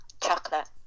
Chocolate